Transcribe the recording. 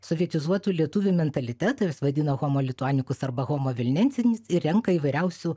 sovietizuotų lietuvių mentalitetą jis vadino homo lituanikus arba homo vilnencinis ir renka įvairiausių